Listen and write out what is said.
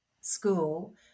school